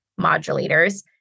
modulators